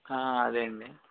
అదే అండి